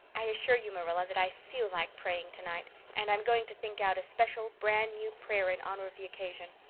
i assure you, marilla, that i feel like praying tonight and i'm going to think out a special brand-new prayer in honor of the occasion.